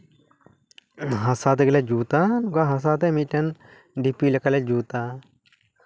ᱦᱟᱥᱟ ᱛᱮᱜᱮ ᱞᱮ ᱡᱩᱛᱟ ᱚᱱᱠᱟ ᱦᱟᱥᱟ ᱛᱮ ᱢᱤᱫᱴᱮᱱ ᱰᱷᱤᱯᱤ ᱞᱮᱠᱟ ᱞᱮ ᱡᱩᱛᱟ